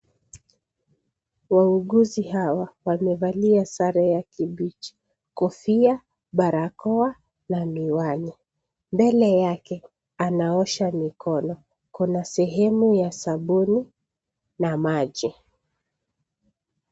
Wauguzi hawa wamevalia sare ya kibichi, kofia, barakoa na miwani. Mbele yake anaosha mikono. Kuna sehemu ya sabuni na maji.